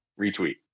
Retweet